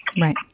Right